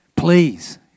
Please